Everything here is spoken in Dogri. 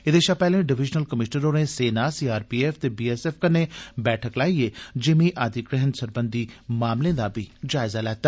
एह्दे षा पैह्ले डिवीजनल कमीषनर होरें सेना सीआरपीएफ ते बीएसएफ कन्नै बैठक लाइयै जिमीं अधिग्रहण सरबंधी मामलें दा जायजा लैता